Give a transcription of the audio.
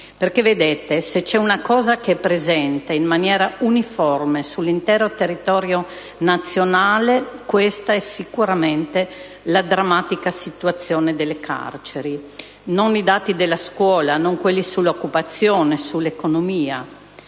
Perché, vedete, se c'è una cosa che è presente in maniera uniforme sull'intero territorio nazionale, questa è sicuramente la drammatica situazione delle carceri; non i dati sulla scuola, non i dati sull'occupazione, non i